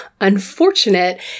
unfortunate